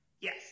Yes